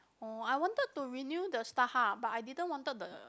orh I wanted to renew the Starhub but I didn't wanted the